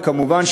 וכמובן,